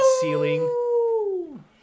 ceiling